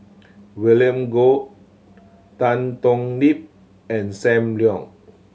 William Goode Tan Thoon Lip and Sam Leong